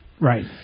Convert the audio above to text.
Right